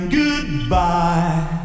goodbye